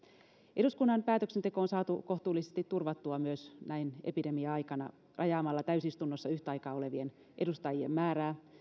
eduskunnan päätöksenteko on saatu kohtuullisesti turvattua myös näin epidemia aikana rajaamalla täysistunnossa yhtä aikaa olevien edustajien määrää